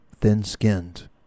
thin-skinned